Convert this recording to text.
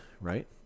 right